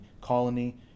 colony